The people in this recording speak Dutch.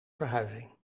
verhuizing